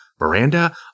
Miranda